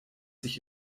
sich